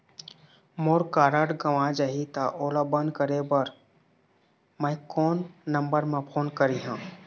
मोर card गंवा जाही त ओला बंद करें बर मैं कोन नंबर म फोन करिह?